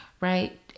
right